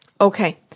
Okay